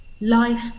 life